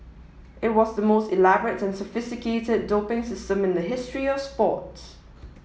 it was the most elaborate and sophisticated doping system in the history of sports